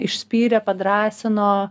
išspyrė padrąsino